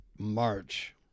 March